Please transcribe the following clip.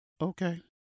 Okay